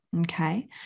Okay